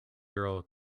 girl